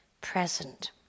present